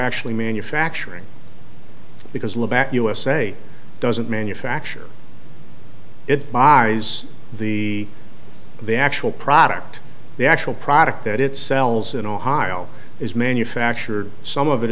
actually manufacturing because the back usa doesn't manufacture it buys the the actual product the actual product that it sells in ohio is manufactured some of it